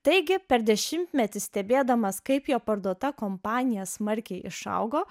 taigi per dešimtmetį stebėdamas kaip jo parduota kompanija smarkiai išaugo